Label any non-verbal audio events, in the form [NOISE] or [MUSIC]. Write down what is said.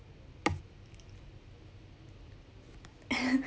[LAUGHS]